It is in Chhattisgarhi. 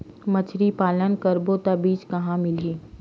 मछरी पालन करबो त बीज कहां मिलही?